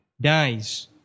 dies